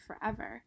forever